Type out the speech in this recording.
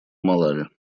малави